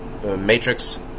matrix